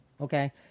okay